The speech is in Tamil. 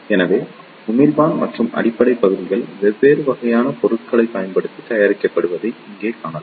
எனவே உமிழ்ப்பான் மற்றும் அடிப்படை பகுதிகள் வெவ்வேறு வகையான பொருட்களைப் பயன்படுத்தி தயாரிக்கப்படுவதை இங்கே காணலாம்